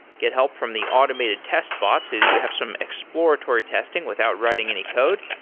get help from the automated test bots so that you have some exploratory testing without writing any code.